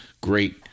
great